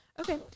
Okay